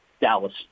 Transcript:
Dallas